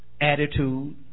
Attitude